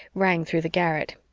rang through the garret.